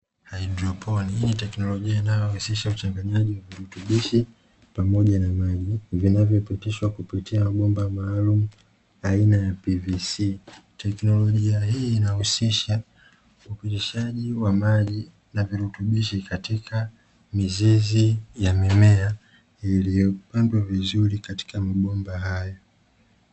Hydroponic niteknolojia inayohusisha mchanganyiko wa virutubishi pamoja na maji, vinavyopitishwa kupitia mabomba maalum na aina ya pvc technology hii inahusisha mchanganyiko wa maji na virutubisho katika mizizi ya mimea iliyopandwa vizuri katika mabomba hayo.